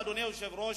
אדוני היושב-ראש,